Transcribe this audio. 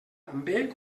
també